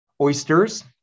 oysters